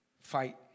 Fight